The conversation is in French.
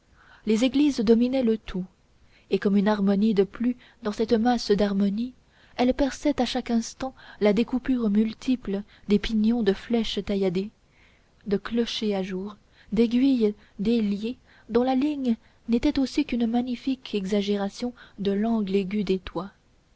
les églises dominaient le tout et comme une harmonie de plus dans cette masse d'harmonie elles perçaient à chaque instant la découpure multiple des pignons de flèches tailladées de clochers à jour d'aiguilles déliées dont la ligne n'était aussi qu'une magnifique exagération de l'angle aigu des toits